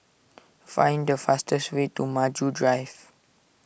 find the fastest way to Maju Drive